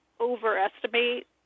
overestimate